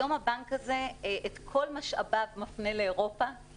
היום הבנק מפנה את כל משאביו לאירופה כי